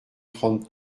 trente